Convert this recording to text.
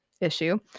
issue